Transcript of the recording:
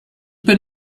bin